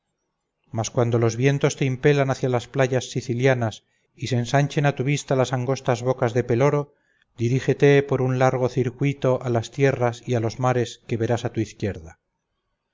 mas cuando los vientos te impelan hacia las playas sicilianas y se ensanchen a tu vista las angostas bocas de peloro dirígete por un largo circuito a las tierras y a los mares que verás a tu izquierda